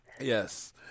Yes